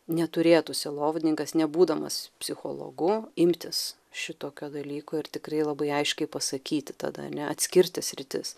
neturėtų sielovadininkas nebūdamas psichologu imtis šitokio dalyko ir tikrai labai aiškiai pasakyti tada ane atskirti sritis